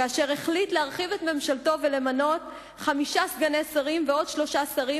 כאשר החליט להרחיב את ממשלתו ולמנות חמישה סגני שרים ועוד שלושה שרים.